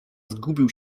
zgubił